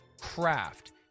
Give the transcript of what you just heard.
craft